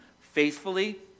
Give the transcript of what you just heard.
Faithfully